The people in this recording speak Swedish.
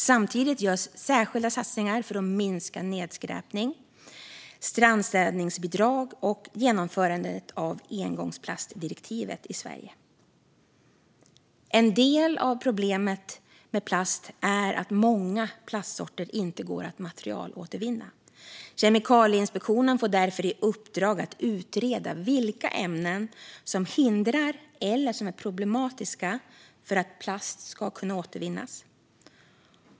Samtidigt görs särskilda satsningar för att minska nedskräpning. Det handlar bland annat om strandstädningsbidrag och genomförande av engångsplastdirektivet i Sverige. En del av problemet med plast är att många plastsorter inte går att materialåtervinna. Kemikalieinspektionen får därför i uppdrag att utreda vilka ämnen som hindrar eller är problematiska för att plast ska kunna återvinnas.